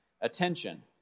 attention